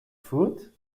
food